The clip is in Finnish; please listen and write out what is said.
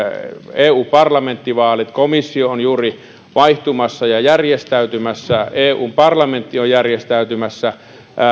eu parlamenttivaalit komissio on juuri vaihtumassa ja järjestäytymässä eun parlamentti on järjestäytymässä